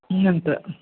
ഇങ്ങനത്തെ